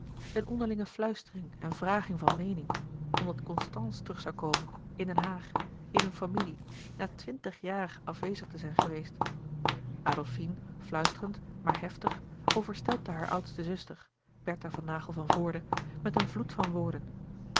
eene onderlinge fluistering en vraging van meening omdat constance terug zoû komen in den haag in hunne familie na twintig jaar afwezig te zijn geweest adolfine fluisterend maar heftig overstelpte haar oudste zuster bertha van naghel van voorde met een vloed van woorden